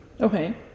Okay